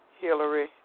Hillary